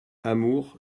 amour